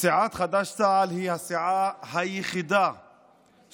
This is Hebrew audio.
סיעת חד"ש תע"ל היא הסיעה היחידה שמסתייגת